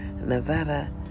Nevada